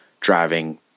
driving